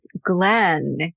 Glenn